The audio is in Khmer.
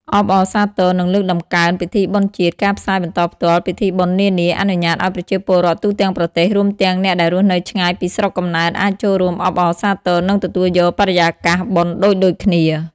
អបអរសាទរ និងលើកតម្កើងពិធីបុណ្យជាតិ ការផ្សាយបន្តផ្ទាល់ពិធីបុណ្យនានា អនុញ្ញាតឱ្យប្រជាពលរដ្ឋទូទាំងប្រទេស រួមទាំងអ្នកដែលរស់នៅឆ្ងាយពីស្រុកកំណើត អាចចូលរួមអបអរសាទរ និងទទួលយកបរិយាកាសបុណ្យដូចៗគ្នា។